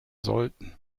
sollten